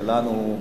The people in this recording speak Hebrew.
שלנו,